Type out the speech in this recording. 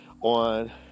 on